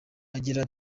agira